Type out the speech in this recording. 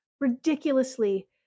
ridiculously